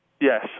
Yes